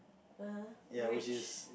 (uh huh) which